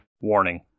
Warning